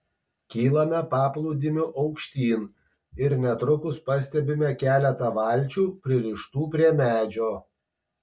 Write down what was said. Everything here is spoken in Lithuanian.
kylame paplūdimiu aukštyn ir netrukus pastebime keletą valčių pririštų prie medžio